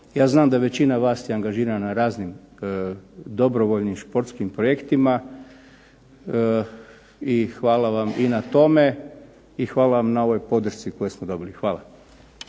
Ja znam da je većina vas angažirana raznim dobrovoljnim sportskim projektima i hvala vam i na tome. I hvala vam na ovoj podršci koju smo dobili. Hvala.